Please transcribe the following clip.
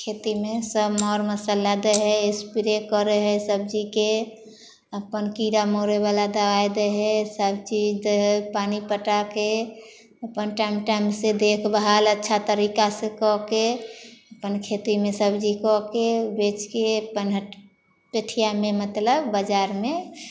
खेतीमे सब मर मसल्ला दै हइ स्प्रे करऽ हइ सब्जीके अपन कीड़ा मरै बला दवाइ दै हइ सब चीज दै हइ पानि पटाके अपन टाइम टाइम से देखभाल अच्छा तरीका से कऽ के अपन खेतीमे सब्जी कऽ के बेच के अपन पेठियामे मतलब बाजारमे